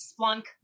Splunk